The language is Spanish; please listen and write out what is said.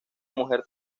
mujer